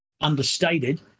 understated